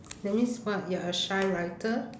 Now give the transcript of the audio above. that means what you're a shy writer